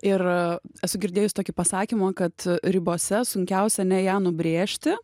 ir esu girdėjus tokį pasakymą kad ribose sunkiausia ne ją nubrėžti